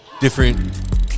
Different